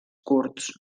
curts